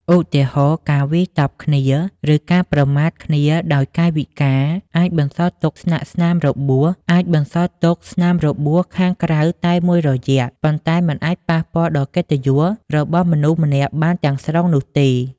ឧទាហរណ៍ ការវាយតប់គ្នា ឬការប្រមាថគ្នាដោយកាយវិការ អាចបន្សល់ទុកស្នាមរបួសខាងក្រៅតែមួយរយៈ ប៉ុន្តែមិនអាចប៉ះពាល់ដល់កិត្តិយសរបស់មនុស្សម្នាក់បានទាំងស្រុងនោះទេ។